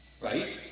right